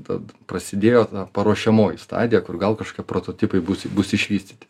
tad prasidėjo paruošiamoji stadija kur gal kažkokie prototipai bus bus išvystyti